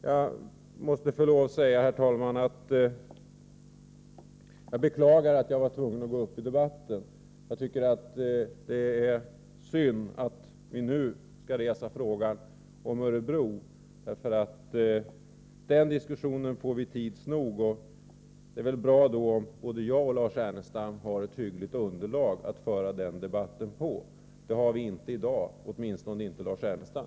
Jag beklagar, herr talman, att jag var tvungen att gå upp i debatten. Det är synd att Lars Ernestam nu reser frågan om högskolan i Örebro. Den diskussionen får vi föra tids nog. Det är bra om både jag och Lars Ernestam har ett hyggligt underlag att föra den debatten på. Det har vi inte i dag, åtminstone inte Lars Ernestam.